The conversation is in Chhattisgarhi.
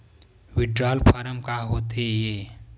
विड्राल फारम का होथेय